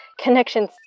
Connection's